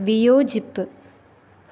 വിയോജിപ്പ്